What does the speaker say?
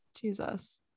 Jesus